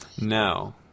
No